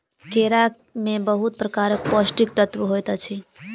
केरा में बहुत प्रकारक पौष्टिक तत्व होइत अछि